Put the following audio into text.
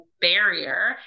barrier